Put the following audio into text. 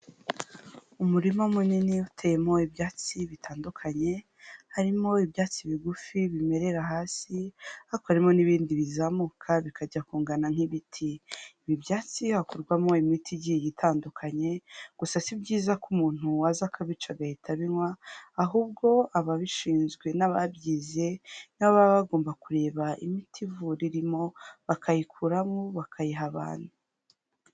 Umurima munini utemo ibyatsi bitandukanye, harimo ibyatsi bigufi bimerera hasi, ariko harimo n'ibindi bizamuka bikajya kungana nk'ibiti. Ibi byatsi hakorwamo imiti igiye itandukanye, gusa si byiza ko umuntu aza akabica agahita abinywa, ahubwo ababishinzwe n'ababyize, ni bo baba bagomba kureba imiti ivura irimo, bakayikuramo, bakayiha abantu.